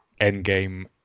Endgame